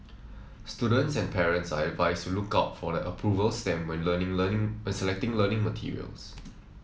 students and parents are advised to look out for the approval stamp when learning learning when selecting learning materials